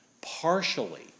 partially